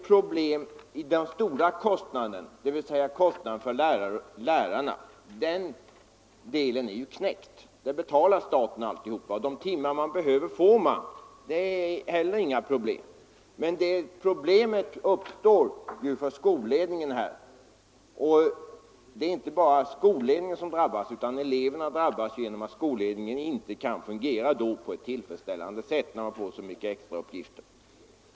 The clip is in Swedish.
Problemet gäller inte de stora kostnaderna för lärarna — den frågan är löst, där betalar staten alltihop, och de timmar som behövs får man. De problem som uppstår drabbar skolledningen och även eleverna, eftersom skolledningen inte kan fungera tillfredsställande när den får så många extra uppgifter.